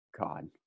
God